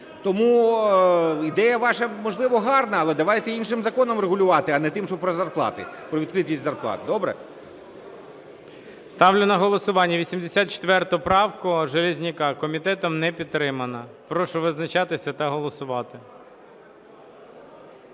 Тому ідея ваша, можливо, гарна, але давайте іншим законом регулювати, а не тим, що про зарплати, про відкритість зарплат. Добре? ГОЛОВУЮЧИЙ. Ставлю на голосування 84 правку Железняка. Комітетом не підтримана. Прошу визначатися та голосувати.